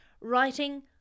writing